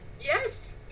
Yes